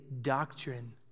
doctrine